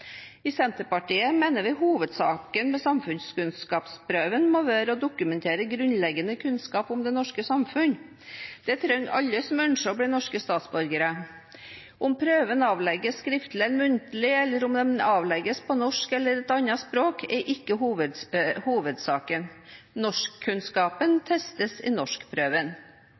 I Senterpartiet mener vi at hovedsaken med samfunnskunnskapsprøven må være å dokumentere grunnleggende kunnskap om det norske samfunnet. Det trenger alle som ønsker å bli norske statsborgere. Om prøven avlegges skriftlig eller muntlig, eller om den avlegges på norsk eller på et annet språk, er ikke hovedsaken.